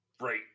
Right